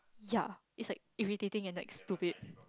ya it's like irritating and like stupid